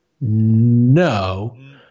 No